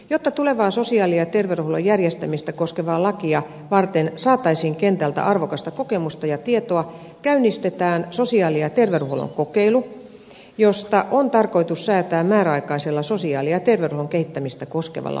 jotta tulevaa sosiaali ja terveydenhuollon järjestämistä koskevaa lakia varten saataisiin kentältä arvokasta kokemusta ja tietoa käynnistetään sosiaali ja terveydenhuollon kokeilu josta on tarkoitus säätää määräaikaisella sosiaali ja terveydenhuollon kehittämistä koskevalla lailla